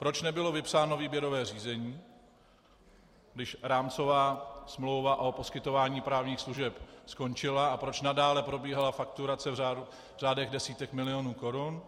Proč nebylo vypsáno výběrové řízení, když rámcová smlouva o poskytování právních služeb skončila, a proč nadále probíhala fakturace v řádech desítek milionů korun.